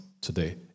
today